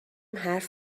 حرف